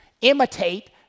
Imitate